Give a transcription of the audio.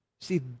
See